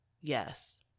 Yes